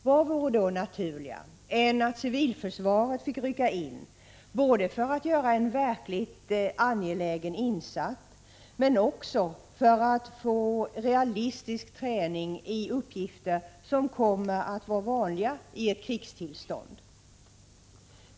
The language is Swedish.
Vad vore då naturligare än att civilförsvaret fick rycka in, både för att göra en verkligt angelägen insats och för att få realistisk träning i uppgifter som kommer att vara vanliga i ett krigstillstånd.